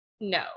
No